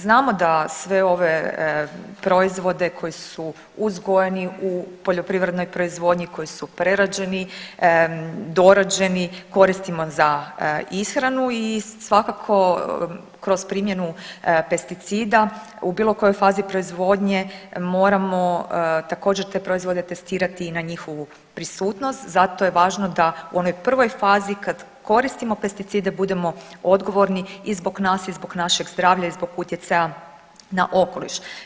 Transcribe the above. Znamo da sve ove proizvode koji su uzgojeni u poljoprivrednoj proizvodnji, koji su prerađeni, dorađeni koristimo za ishranu i svakako kroz primjenu pesticida u bilo kojoj fazi proizvodnje moramo također te proizvode testirati i na njihovu prisutnost, zato je važno da u onoj prvoj fazi kad koristimo pesticide budemo odgovorni i zbog nas i zbog našeg zdravlja i zbog utjecaja na okoliš.